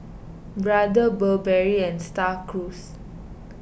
Brother Burberry and Star Cruise